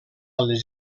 les